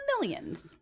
Millions